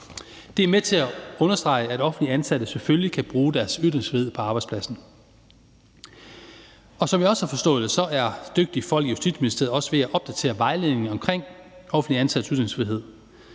Det er med til at understrege, at offentligt ansatte selvfølgelig kan bruge deres ytringsfrihed på arbejdspladsen. Som jeg har forstået det, at dygtige folk i Justitsministeriet også ved at opdatere vejledninger omkring offentligt ansattes ytringsfrihed.